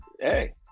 Hey